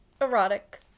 erotic